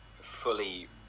fully